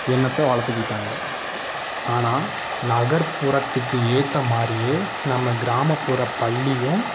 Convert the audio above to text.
எண்ணத்தை வளர்த்துக்கிட்டாங்க ஆனால் நகர்ப்புறத்துக்கு ஏற்ற மாதிரியே நம்ம கிராமப்புற பள்ளியும்